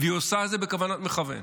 והיא עושה את זה בכוונת מכוון.